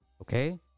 Okay